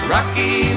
Rocky